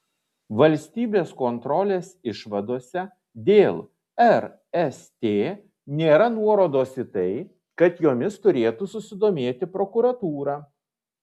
valstybės kontrolės išvadose dėl rst nėra nuorodos į tai kad jomis turėtų susidomėti prokuratūra